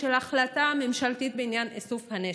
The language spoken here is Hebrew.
ההחלטה הממשלתית בעניין איסוף הנשק.